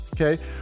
Okay